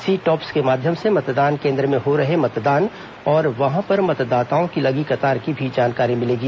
सी टॉप्स के माध्यम से मतदान केंद्र में हो रहे मतदान और वहां पर मतदाताओं की लगी कतार की भी जानकारी मिलेगी